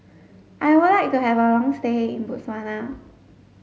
I would like to have a long stay in Botswana